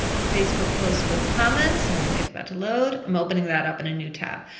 facebook post with comments. i'm gonna wait for that to load. i'm opening that up in a new tab.